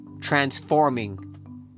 transforming